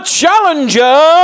challenger